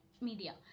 media